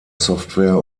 software